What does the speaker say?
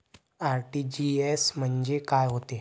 RTGS म्हंजे काय होते?